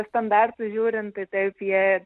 standartus žiūrint tai taip jie